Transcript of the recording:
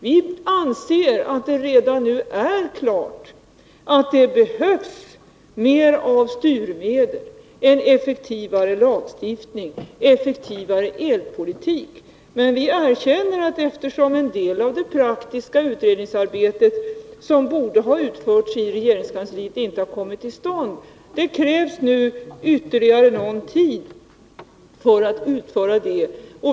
Vi anser att det redan nu är klart att det behövs mer av styrmedel, en effektivare lagstiftning, en effektivare elpolitik. Men vi erkänner att eftersom en del av det praktiska utredningsarbetet, som borde ha genomförts i regeringskansliet, inte har kommit till stånd krävs det nu ytterligare någon tid för att utföra det.